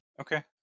Okay